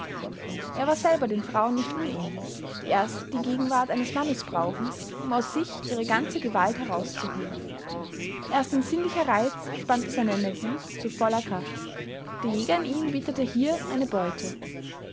er war selber den frauen nicht unähnlich die erst die gegenwart eines mannes brauchen um aus sich ihre ganze gewalt herauszuholen erst ein sinnlicher reiz spannte seine energie zu voller kraft der jäger in ihm witterte hier eine beute